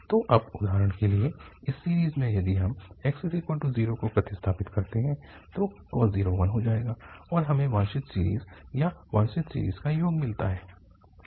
तो अब उदाहरण के लिए इस सीरीज़ में यदि हम x0 को प्रतिस्थापित करते हैं तो cos 0 1 हो जाएगा और हमें वांछित सीरीज़ या वांछित सीरीज़ का योग मिलता है